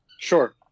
Sure